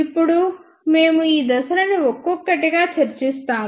ఇప్పుడు మేము ఈ దశలను ఒక్కొక్కటిగా చర్చిస్తాము